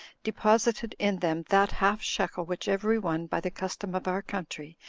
deposited in them that half shekel which every one, by the custom of our country,